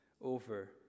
over